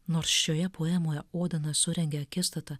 nors šioje poemoje odenas surengia akistatą